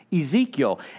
Ezekiel